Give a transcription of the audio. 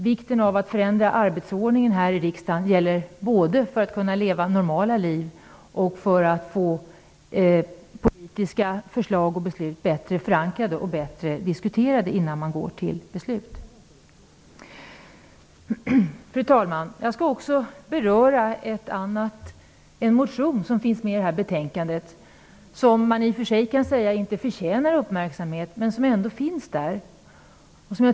Vikten av att förändra arbetsordningen här i riksdagen gäller både för att kunna leva ett normalt liv och för att få politiska förslag bättre förankrade och bättre diskuterade innan man går till beslut. Fru talman! Jag vill också beröra en motion som behandlas i det här betänkandet. I och för sig förtjänar motionen inte uppmärksamhet men den finns där ändå.